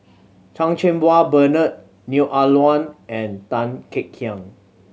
Chan Cheng Wah Bernard Neo Ah Luan and Tan Kek Hiang